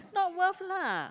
not worth lah